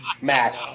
match